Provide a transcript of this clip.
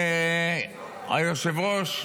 אדוני היושב-ראש,